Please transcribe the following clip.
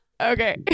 okay